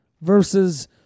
versus